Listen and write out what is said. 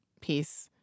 piece